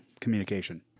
Communication